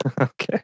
Okay